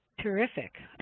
terrific.